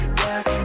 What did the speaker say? work